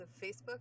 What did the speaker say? Facebook